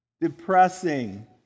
depressing